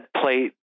plate